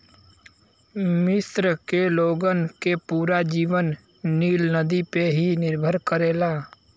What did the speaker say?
मिस्र के लोगन के पूरा जीवन नील नदी पे ही निर्भर करेला